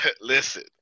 Listen